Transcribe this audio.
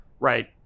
Right